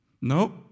Nope